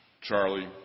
Charlie